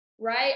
right